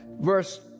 verse